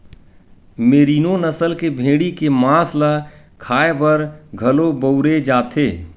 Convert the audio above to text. मेरिनों नसल के भेड़ी के मांस ल खाए बर घलो बउरे जाथे